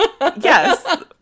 Yes